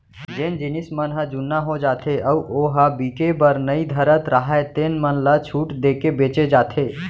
जेन जिनस मन ह जुन्ना हो जाथे अउ ओ ह बिके बर नइ धरत राहय तेन मन ल छूट देके बेचे जाथे